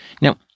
Now